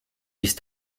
ist